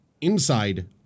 inside